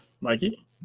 Mikey